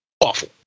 awful